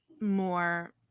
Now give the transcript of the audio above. more